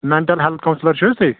mental health counsellor چھِوٕ حَظ تُہۍ